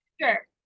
Sure